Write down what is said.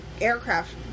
aircraft